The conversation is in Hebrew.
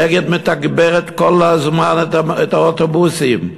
"אגד" מתגברת כל הזמן את האוטובוסים,